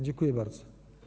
Dziękuję bardzo.